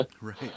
Right